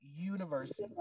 University